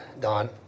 Don